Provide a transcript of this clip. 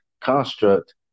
construct